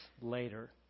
later